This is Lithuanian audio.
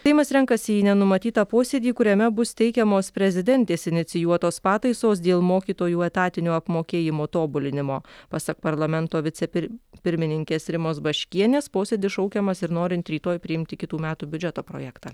seimas renkasi į nenumatytą posėdį kuriame bus teikiamos prezidentės inicijuotos pataisos dėl mokytojų etatinio apmokėjimo tobulinimo pasak parlamento vicepir pirmininkės rimos baškienės posėdis šaukiamas ir norint rytoj priimti kitų metų biudžeto projektą